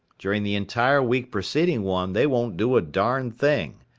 during the entire week preceding one they won't do a darn thing.